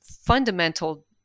fundamental